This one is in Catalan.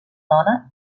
dona